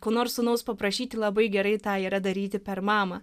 ko nors sūnaus paprašyti labai gerai tą yra daryti per mamą